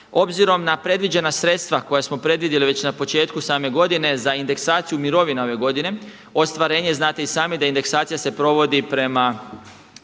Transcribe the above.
Obzirom na predviđena sredstva koja smo predvidjeli već na početku same godine za indeksaciju mirovina ove godine ostvarenje znate i sami da indeksacija se provodi prema